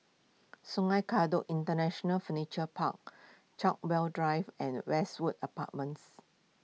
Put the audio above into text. Sungei Kadut International Furniture Park Chartwell Drive and Westwood Apartments